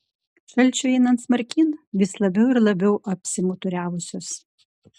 šalčiui einant smarkyn vis labiau ir labiau apsimuturiavusios